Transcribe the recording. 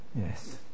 Yes